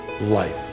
life